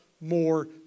more